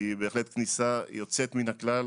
היא בהחלט כניסה יוצאת מן הכלל.